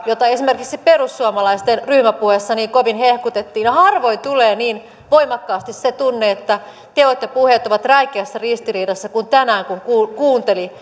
jota esimerkiksi perussuomalaisten ryhmäpuheessa niin kovin hehkutettiin harvoin tulee niin voimakkaasti se tunne että teot ja puheet ovat räikeässä ristiriidassa kuin tänään kun kuunteli